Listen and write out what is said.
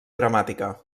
dramàtica